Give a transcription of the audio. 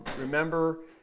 Remember